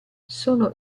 sono